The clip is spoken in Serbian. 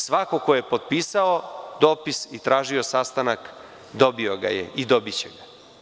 Svako ko je potpisao dopis i tražio sastanak, dobio ga je i dobiće ga.